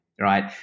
right